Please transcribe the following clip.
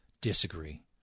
disagree